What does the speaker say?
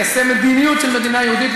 ליישם מדיניות של מדינה יהודית,